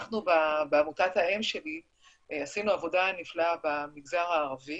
אנחנו בעמותת האם שלי עשינו עבודה נפלאה במגזר הערבי